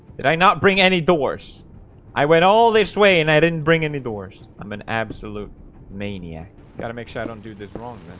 did i not bring any doors i went all this way and i didn't bring any doors, i'm an absolute maniac got to make sure i don't do this wrong